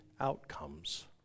outcomes